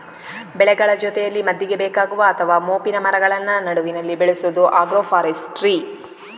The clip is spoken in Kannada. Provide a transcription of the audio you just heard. ಬೆಳೆಗಳ ಜೊತೆಯಲ್ಲಿ ಮದ್ದಿಗೆ ಬೇಕಾಗುವ ಅಥವಾ ಮೋಪಿನ ಮರಗಳನ್ನ ನಡುವಿನಲ್ಲಿ ಬೆಳೆಸುದು ಆಗ್ರೋ ಫಾರೆಸ್ಟ್ರಿ